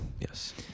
Yes